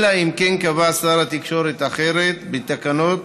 אלא אם כן קבע שר התקשורת אחרת בתקנות,